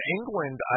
England